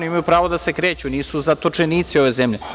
Imaju pravo da se kreću, nisu zatočenici ove zemlje.